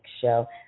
show